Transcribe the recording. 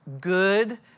good